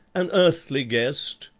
an earthly guest,